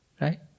right